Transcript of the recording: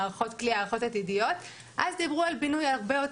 מערכות כליאה,